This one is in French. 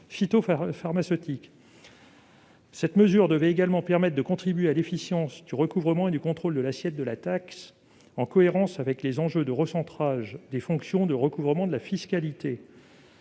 Cette mesure doit également permettre de contribuer à l'efficience du recouvrement et du contrôle de l'assiette de la taxe, en cohérence avec les enjeux de recentrage des fonctions de recouvrement de la fiscalité.